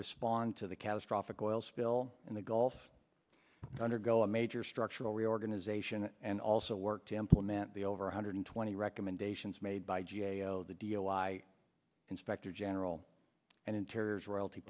respond to the catastrophic oil spill in the gulf undergo a major structural reorganization and also work to implement the over one hundred twenty recommendations made by g a o the dia why inspector general and interiors royalty